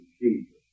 Jesus